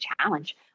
challenge